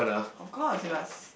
of course you must